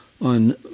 on